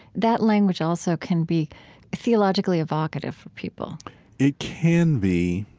that language also can be theologically evocative for people it can be,